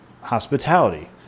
hospitality